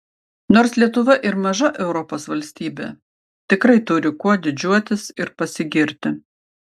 nors lietuva ir maža europos valstybė tikrai turi kuo didžiuotis ir pasigirti